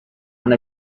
want